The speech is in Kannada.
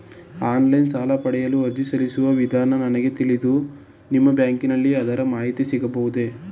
ಆನ್ಲೈನ್ ಸಾಲ ಪಡೆಯಲು ಅರ್ಜಿ ಸಲ್ಲಿಸುವ ವಿಧಾನ ನನಗೆ ತಿಳಿಯದು ನಿಮ್ಮ ಬ್ಯಾಂಕಿನಲ್ಲಿ ಅದರ ಮಾಹಿತಿ ಸಿಗಬಹುದೇ?